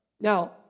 Now